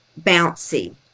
bouncy